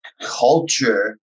culture